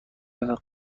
قلب